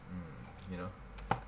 mm you know